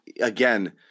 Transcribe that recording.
again